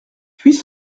puis